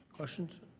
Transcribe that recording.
questions?